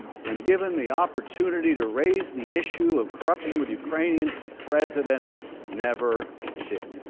when given the opportunity to raise the issue of corruption with ukrainians, the president never did.